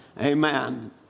Amen